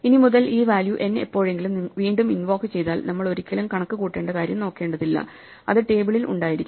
ഇനിമുതൽ ഈ value n എപ്പോഴെങ്കിലും വീണ്ടും ഇൻവോക്ക് ചെയ്താൽ നമ്മൾ ഒരിക്കലും കണക്കുകൂട്ടേണ്ട കാര്യം നോക്കേണ്ടതില്ല അത് ടേബിളിൽ ഉണ്ടായിരിക്കും